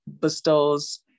bestows